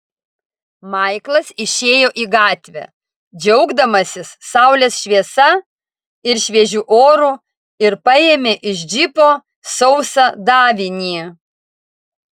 maiklas išėjo į gatvę džiaugdamasis saulės šviesa ir šviežiu oru ir paėmė iš džipo sausą davinį